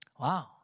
Wow